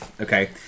Okay